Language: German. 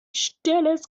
stilles